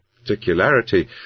particularity